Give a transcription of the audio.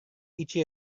itxi